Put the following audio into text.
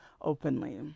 openly